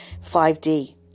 5D